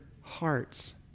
hearts